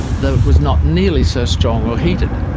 though it was not nearly so strong or heated.